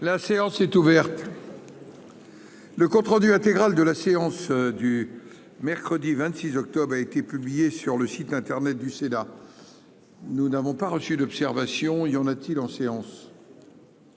La séance est ouverte le compte-rendu intégral de la séance du mercredi 26 octobre a été publié sur le site internet du Sénat : nous n'avons pas reçu d'observation, il y en a-t-il en séance.